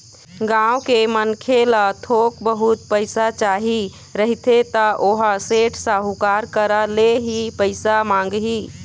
गाँव के मनखे ल थोक बहुत पइसा चाही रहिथे त ओहा सेठ, साहूकार करा ले ही पइसा मांगही